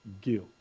guilt